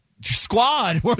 squad